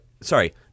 Sorry